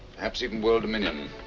perhaps even world dominion,